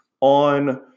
on